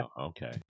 okay